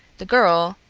the girl,